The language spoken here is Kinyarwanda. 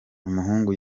umuhungu